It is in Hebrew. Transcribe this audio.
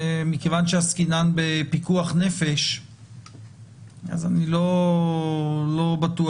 מכיוון שעסקינן בפיקוח נפש אז אני לא בטוח